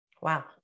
Wow